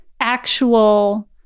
actual